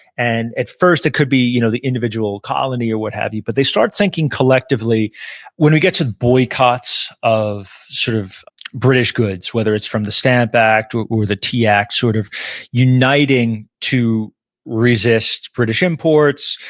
and at first, it could be you know the individual colony or what have you, but they start thinking collectively when we get to boycotts of sort of british goods, whether it's from the stamp act or the tea act, sort of uniting to resist british imports,